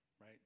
right